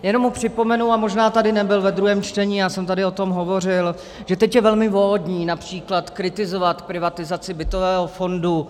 Jenom mu připomenu, a možná tady nebyl ve druhém čtení, já jsem tady o tom hovořil, že teď je velmi módní například kritizovat privatizaci bytového fondu.